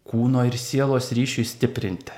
kūno ir sielos ryšiui stiprinti